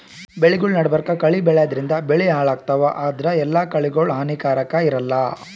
ಬೆಳಿಗೊಳ್ ನಡಬರ್ಕ್ ಕಳಿ ಬೆಳ್ಯಾದ್ರಿನ್ದ ಬೆಳಿ ಹಾಳಾಗ್ತಾವ್ ಆದ್ರ ಎಲ್ಲಾ ಕಳಿಗೋಳ್ ಹಾನಿಕಾರಾಕ್ ಇರಲ್ಲಾ